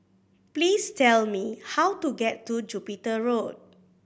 please tell me how to get to Jupiter Road